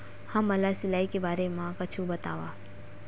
हमन ला सिंचाई के बारे मा कुछु बतावव?